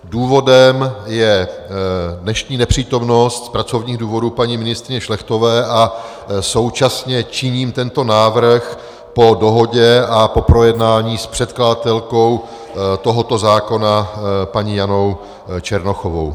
Důvodem je dnešní nepřítomnost z pracovních důvodů paní ministryně Šlechtové a současně činím tento návrh po dohodě a po projednání s předkladatelkou tohoto zákona paní Janou Černochovou.